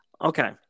okay